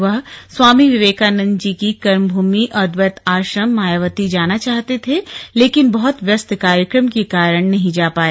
वह स्वामी विवेकानंद की कर्म भूमी अद्दैत आश्रम मायावती जाना चाहते थे लेकिन बहुत व्यस्त कार्यक्रम के कारण नहीं जा पाए